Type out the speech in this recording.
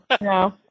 no